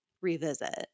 revisit